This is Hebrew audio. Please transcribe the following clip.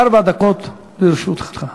ארבע דקות לרשותך.